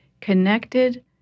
connected